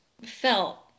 felt